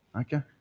okay